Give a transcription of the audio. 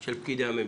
של פקידי הממשלה.